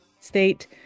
state